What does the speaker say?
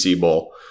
bowl